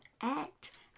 act